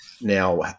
now